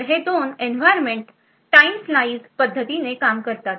तर हे दोन एन्व्हायरमेंट टाईम स्लाईज् पद्धतीने काम करतात